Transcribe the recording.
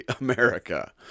America